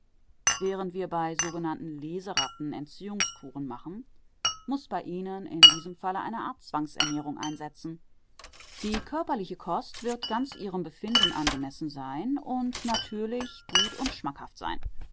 während wir bei sogenannten leseratten entziehungskuren machen muß bei ihnen in diesem falle eine art zwangsernährung einsetzen die körperliche kost wird ganz ihrem befinden angemessen und natürlich gut und schmackhaft sein